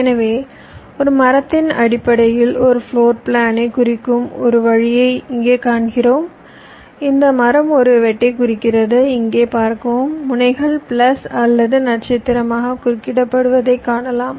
எனவே ஒரு மரத்தின் அடிப்படையில் ஒரு ஃப்ளோர் பிளான் குறிக்கும் ஒரு வழியை இங்கே காண்பிக்கிறோம் இந்த மரம் ஒரு வெட்டைக் குறிக்கிறது இங்கே பார்க்கவும் முனைகள் பிளஸ் அல்லது ஸ்டார் குறிக்கப்படுவதைக் காணலாம்